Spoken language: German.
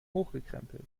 hochgekrempelt